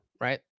right